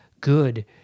good